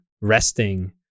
resting